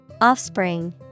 Offspring